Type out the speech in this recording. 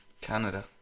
Canada